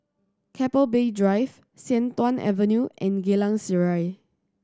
Keppel Bay Drive Sian Tuan Avenue and Geylang Serai